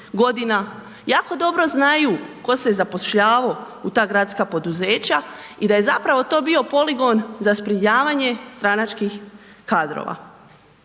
godina, jako dobro znaju tko se je zapošljavao u ta gradska poduzeća i da je zapravo to bio poligon za zbrinjavanje stranačkih kadrova.